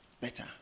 better